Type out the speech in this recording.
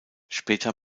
später